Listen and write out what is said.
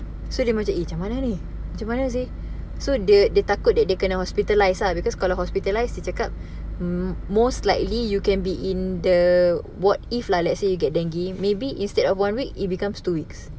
so dia macam eh macam mana ni macam mana seh so dia dia takut that dia kena hospitalize lah because kalau hospitalize most likely you can be in the ward if like let's say you get dengue maybe instead one week it becomes two weeks